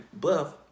buff